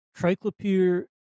Triclopyr